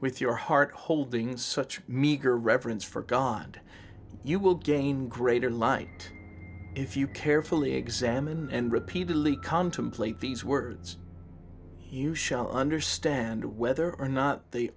with your heart holding such meager reverence for god you will gain greater light if you carefully examine and repeatedly contemplate these words you shall understand whether or not they